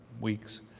weeks